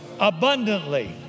abundantly